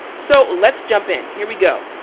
so let's jump in, here we go.